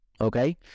okay